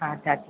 हा दादी